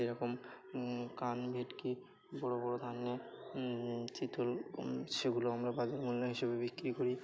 যে রকম কান ভেটকি বড় বড় দান্নে চিতল সেগুলো আমরা বাজার মূল্য হিসেবে বিক্রি করি